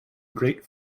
great